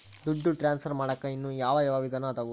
ದುಡ್ಡು ಟ್ರಾನ್ಸ್ಫರ್ ಮಾಡಾಕ ಇನ್ನೂ ಯಾವ ಯಾವ ವಿಧಾನ ಅದವು?